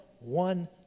one